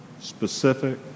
specific